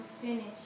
finish